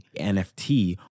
NFT